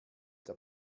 der